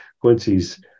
Quincy's